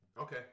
Okay